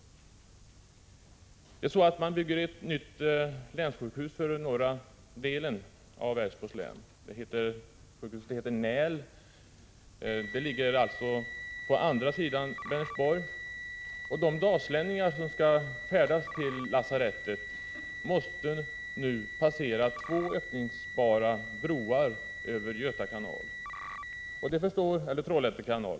Man bygger ett nytt länssjukhus för norra delen av Älvsborgs län. Sjukhuset heter Näl och ligger på andra sidan Vänersborg. De dalslänningar som skall färdas till lasarettet måste nu passera två öppningsbara broar över Trollhätte kanal.